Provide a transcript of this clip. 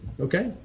Okay